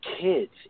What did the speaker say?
kids